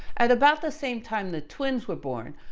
at about the same time the twins were born,